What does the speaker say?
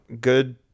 good